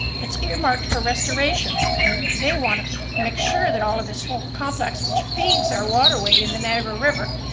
it's earmarked for restoration and they want to make sure that all of this whole complex which feeds our waterway in the niagara river,